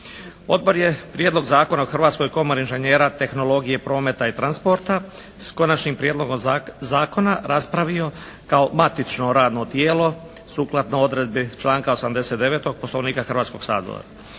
Odbor je Prijedlog Zakona o Hrvatskoj komori inženjera tehnologije prometa i transporta s konačnim prijedlogom zakona raspravio kao matično radno tijelo sukladno odredbi članka 89. Poslovnika Hrvatskog sabora.